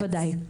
בוודאי.